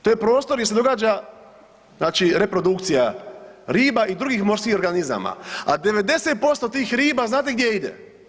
To je prostor gdje se događa znači reprodukcija riba i drugih morskih organizama, a 90% tih riba znate gdje ide?